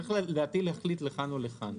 צריך להחליט לכאן או לכאן.